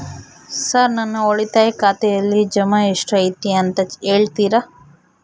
Sir ನನ್ನ ಉಳಿತಾಯ ಖಾತೆಯಲ್ಲಿ ಜಮಾ ಎಷ್ಟು ಐತಿ ಅಂತ ಹೇಳ್ತೇರಾ?